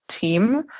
team